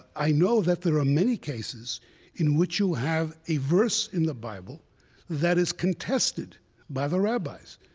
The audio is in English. i know that there are many cases in which you have a verse in the bible that is contested by the rabbis.